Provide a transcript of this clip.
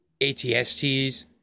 ATSTs